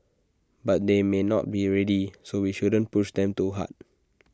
but they may not be ready so we shouldn't push them too hard